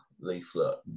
leaflet